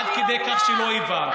עד כדי כך שלא הבנת.